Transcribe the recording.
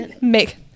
make